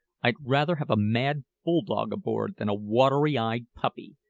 i'd rather have a mad bulldog aboard than a water-eyed puppy.